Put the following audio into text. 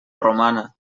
romana